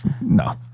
No